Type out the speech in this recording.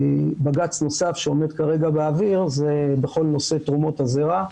בג"צ נוסף שעומד כרגע באוויר זה בכל נושא תרומות הזרע,